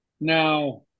Now